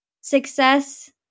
success